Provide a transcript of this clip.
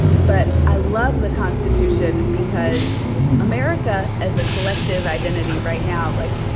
but i love the constitution because america as a collective identity right now, like,